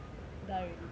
die already lah